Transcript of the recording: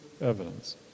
evidence